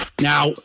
Now